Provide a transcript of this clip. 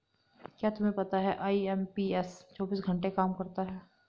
क्या तुम्हें पता है आई.एम.पी.एस चौबीस घंटे काम करता है